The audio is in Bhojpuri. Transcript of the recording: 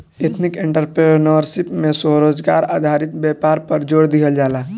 एथनिक एंटरप्रेन्योरशिप में स्वरोजगार आधारित व्यापार पर जोड़ दीहल जाला